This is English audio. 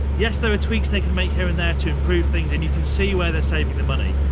yes, there are tweaks they can make here and there to improve things, and you can see where they're saving the money,